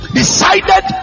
decided